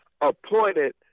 appointed